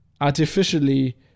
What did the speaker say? artificially